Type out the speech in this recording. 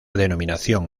denominación